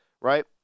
right